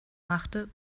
machte